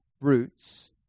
roots